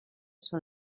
són